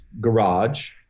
garage